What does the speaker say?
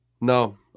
no